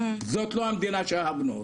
זאת לא המדינה שאהבנו אותה.